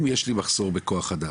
אם יש לי מחסור בכוח אדם,